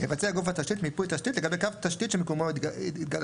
יבצע גוף התשתית מיפוי תשתית לגבי קו תשתית שמקומו התגלה.